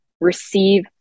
receive